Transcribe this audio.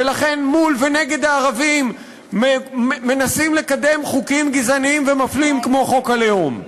לכן מול ונגד הערבים מנסים לקדם חוקים גזעניים ומפלים כמו חוק הלאום.